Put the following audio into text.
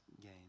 gain